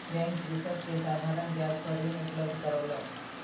bank कृषक के साधारण ब्याज पर ऋण उपलब्ध करौलक